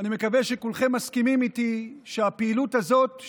מקווה שכולכם מסכימים איתי שהפעילות הזאת,